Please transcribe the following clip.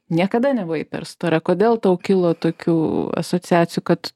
niekada nebuvai per stora kodėl tau kilo tokių asociacijų kad